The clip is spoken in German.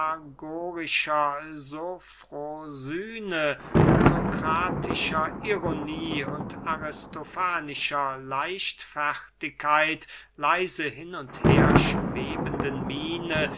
sofrosyne sokratischer ironie und aristofanischer leichfertigkeit leise hin und her schwebenden miene